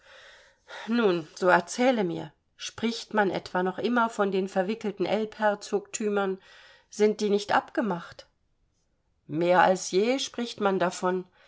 nun so erzähle mir spricht man etwa noch immer von den verwickelten elbherzogtümern sind die nicht abgemacht mehr als je spricht man davon